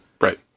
Right